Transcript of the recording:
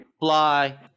fly